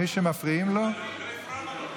מי שמפריעים לו, אבל לא הפרענו לו.